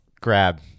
grab